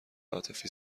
عاطفی